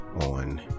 on